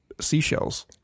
seashells